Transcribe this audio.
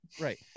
Right